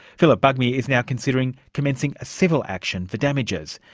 phillip bugmy is now considering commencing a civil action for damages,